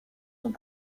sont